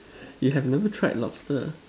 you have never tried lobster